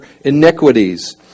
iniquities